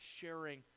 sharing